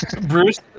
Bruce